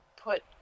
put